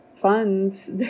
funds